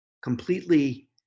completely